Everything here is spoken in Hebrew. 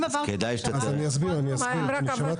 אתה אומר שאין